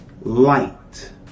light